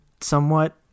somewhat